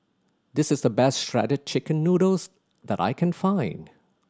this is the best Shredded Chicken Noodles that I can find